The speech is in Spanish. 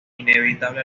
inevitable